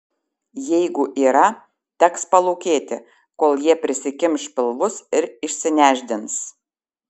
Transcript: jeigu yra teks palūkėti kol jie prisikimš pilvus ir išsinešdins